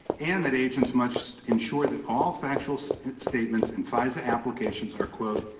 and that agents must insure that all factual statements in fisa applications are, quote,